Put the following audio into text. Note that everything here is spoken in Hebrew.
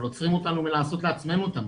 אבל עוצרים אותנו מלעשות לעצמנו את המים.